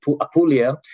Apulia